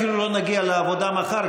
אפילו לא נגיע לעבודה מחר,